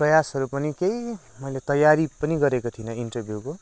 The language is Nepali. प्रयासहरू पनि केही मैले तयारी पनि गरेको थिइनँ इन्टरभ्यूको